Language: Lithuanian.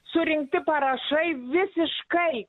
surinkti parašai visiškai